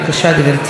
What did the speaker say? גברתי.